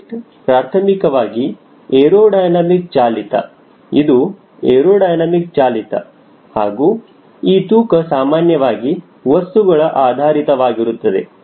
lift ಪ್ರಾಥಮಿಕವಾಗಿ aerodynamic ಚಾಲಿತ ಇದು ಏರೋಡೈನಮಿಕ್ ಚಾಲಿತ ಹಾಗೂ ಈ ತೂಕ ಸಾಮಾನ್ಯವಾಗಿ ವಸ್ತುಗಳ ಆಧಾರಿತವಾಗಿರುತ್ತದೆ